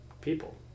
people